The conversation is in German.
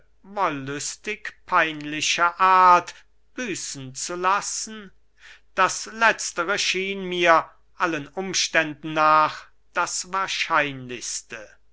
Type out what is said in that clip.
wollüstig peinliche art büßen zu lassen das letztere schien mir allen umständen nach das wahrscheinlichste